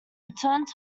returned